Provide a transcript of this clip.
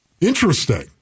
Interesting